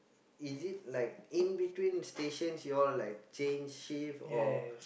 is it like in between stations y'all like change shift or